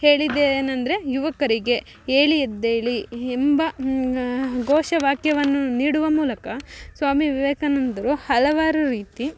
ಹೇಳಿದ್ದೇನಂದರೆ ಯುವಕರಿಗೆ ಏಳಿ ಎದ್ದೇಳಿ ಎಂಬ ಘೋಷ ವಾಕ್ಯವನ್ನು ನೀಡುವ ಮೂಲಕ ಸ್ವಾಮಿ ವಿವೇಕಾನಂದರು ಹಲವಾರು ರೀತಿ